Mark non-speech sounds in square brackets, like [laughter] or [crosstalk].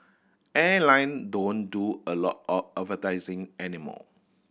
airline don't do a lot of [unintelligible] advertising any more